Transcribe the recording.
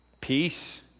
Peace